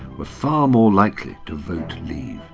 were far more likely to vote leave.